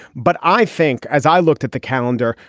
but i think as i looked at the calendar,